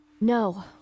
No